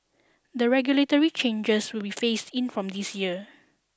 the regulatory changes will be phased in from this year